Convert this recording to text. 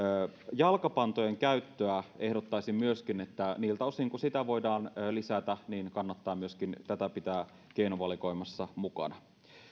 jalkapantojen käyttöä ehdottaisin myöskin että niiltä osin kuin sitä voidaan lisätä niin kannattaa myöskin tätä pitää keinovalikoimassa mukana